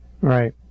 Right